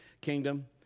kingdom